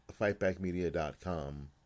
fightbackmedia.com